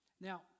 Now